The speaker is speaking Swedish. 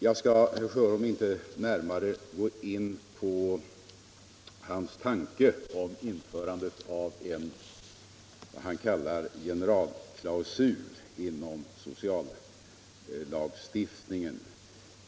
Jag skall inte närmare gå in på herr Sjöholms tanke om införandet av vad han kallar en generalklausul inom sociallagstiftningen.